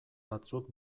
batzuk